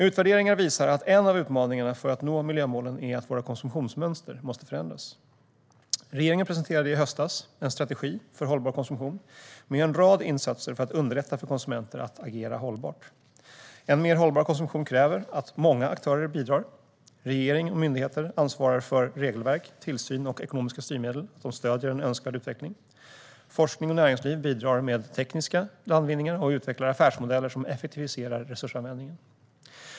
Utvärderingar visar att en av utmaningarna för att nå miljömålen är att våra konsumtionsmönster måste förändras. Regeringen presenterade i höstas en strategi för hållbar konsumtion, med en rad insatser för att underlätta för konsumenter att agera hållbart. En mer hållbar konsumtion kräver att många aktörer bidrar. Regering och myndigheter ansvarar för att regelverk, tillsyn och ekonomiska styrmedel stöder en önskvärd utveckling. Forskning och näringsliv bidrar med tekniska landvinningar och utvecklar affärsmodeller som effektiviserar resursanvändningen.